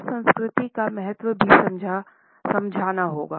पार सांस्कृतिक का महत्व भी समझना होगा